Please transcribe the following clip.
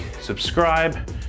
subscribe